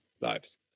lives